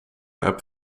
app